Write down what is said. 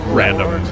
random